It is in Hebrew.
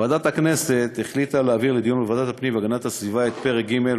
ועדת הכנסת החליטה להעביר לדיון בוועדת הפנים והגנת הסביבה את פרקים ג',